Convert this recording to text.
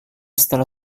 setelah